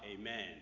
Amen